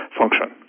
function